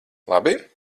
labi